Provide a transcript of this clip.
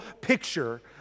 picture